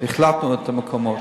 החלטנו על המקומות.